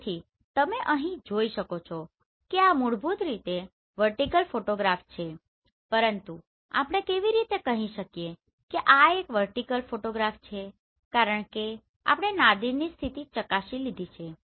તેથી તમે અહીં જોઈ શકો છો કે આ મૂળભૂત રીતે વર્ટીકલ ફોટોગ્રાફ છે પરંતુ આપણે કેવી રીતે કહી શકીએ કે આ એક વર્ટીકલ ફોટોગ્રાફ છે કારણ કે આપણે નાદિરની સ્થિતિ ચકાસી લીધી છે